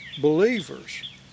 believers